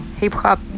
Hip-hop